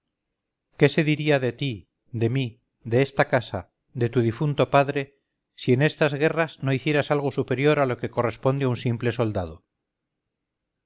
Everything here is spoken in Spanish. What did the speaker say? qué se diría de ti de mí de esta casa de tu difunto padre si en estas guerras no hicieras algo superior a lo que corresponde a un simple soldado